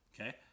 Okay